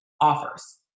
offers